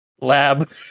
lab